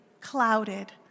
clouded